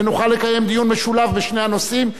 ונוכל לקיים דיון משולב בשני הנושאים,